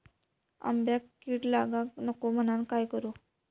आंब्यक कीड लागाक नको म्हनान काय करू?